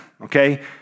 okay